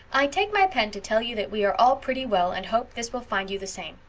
i take my pen to tell you that we are all pretty well and hope this will find you the same.